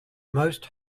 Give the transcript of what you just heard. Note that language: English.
most